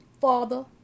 father